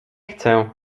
chcę